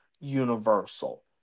Universal